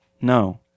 No